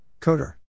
Coder